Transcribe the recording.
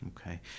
Okay